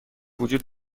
وجود